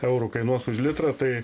eurų kainuos už litrą tai